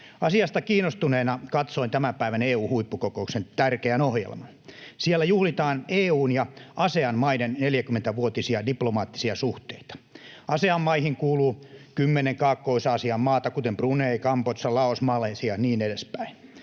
Asiasta kiinnostuneena katsoin tämän päivän EU-huippukokouksen tärkeän ohjelman. Siellä juhlitaan EU:n ja Asean-maiden 40-vuotisia diplomaattisia suhteita. Asean-maihin kuuluu kymmenen Kaakkois-Aasian maata, kuten Brunei, Kambodža, Laos, Malesia, niin edespäin.